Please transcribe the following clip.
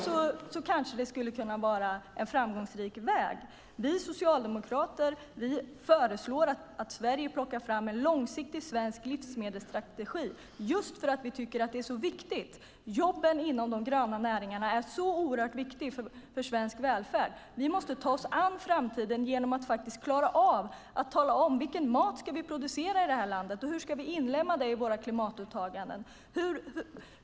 Det kanske skulle kunna vara en framgångsrik väg. Vi socialdemokrater föreslår att Sverige plockar fram en långsiktig svensk livsmedelsstrategi just därför att vi tycker att det är så viktigt. Jobben inom de gröna näringarna är oerhört viktiga för svensk välfärd. Vi måste ta oss an framtiden genom att klara av att tala om vilken mat vi ska producera i det här landet och hur vi ska inlemma det i våra klimatåtaganden.